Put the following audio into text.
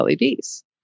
LEDs